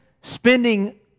spending